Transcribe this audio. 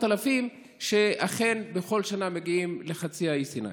אלפים שאכן מגיעים בכל שנה לחצי האי סיני.